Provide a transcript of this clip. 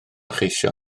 cheisio